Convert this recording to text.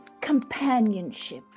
companionship